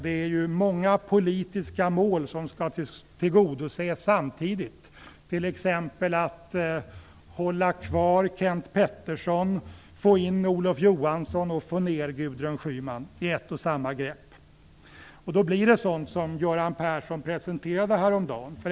Det är ju många politiska mål som skall tillgodoses samtidigt, t.ex. att hålla kvar Kenth Pettersson, få in Olof Johansson och få ned Gudrun Schyman i ett och samma grepp. Då blir det sådant som Göran Persson presenterade häromdagen.